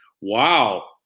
Wow